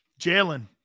Jalen